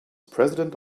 president